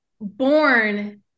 born